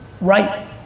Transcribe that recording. right